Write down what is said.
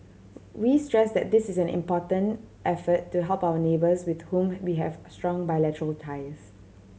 we stress that this is an important effort to help our neighbours with whom we have strong bilateral ties